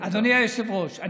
אדוני היושב-ראש,